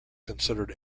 considered